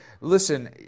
listen